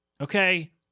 okay